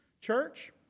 church